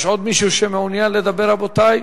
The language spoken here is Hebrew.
יש עוד מישהו שמעוניין לדבר, רבותי?